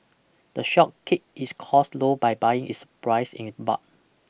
the shop keep its costs low by buying its prise in bulk